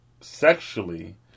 sexually